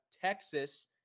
Texas